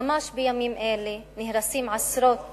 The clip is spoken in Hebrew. ממש בימים אלה נהרסים עשרות